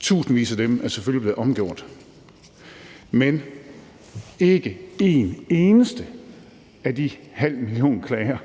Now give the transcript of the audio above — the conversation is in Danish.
Tusindvis af dem er selvfølgelig blevet omgjort, men ikke en eneste af den halve million klager